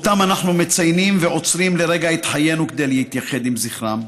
שאנחנו מציינים ועוצרים לרגע את חיינו כדי להתייחד עם זכרם.